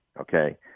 Okay